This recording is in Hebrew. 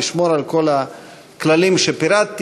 לשמור על כל הכללים שפירטתי,